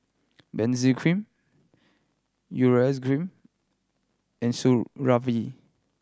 Benzac Cream Urea Cream and Supravit